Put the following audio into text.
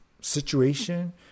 situation